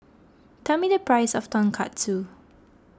tell me the price of Tonkatsu